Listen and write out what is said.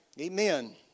Amen